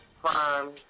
Prime